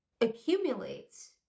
accumulates